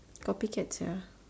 copycat Sia